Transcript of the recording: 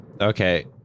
Okay